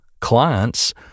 clients